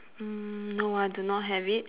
mm no I do not have it